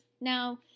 Now